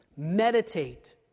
Meditate